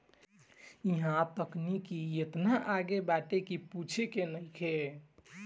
इहां तकनीकी एतना आगे बाटे की पूछे के नइखे